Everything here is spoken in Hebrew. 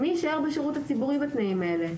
מי יישאר בשירות הציבורי בתנאים האלה?